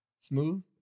Smooth